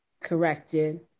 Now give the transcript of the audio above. corrected